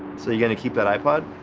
so you gonna keep that ipod?